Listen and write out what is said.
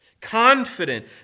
Confident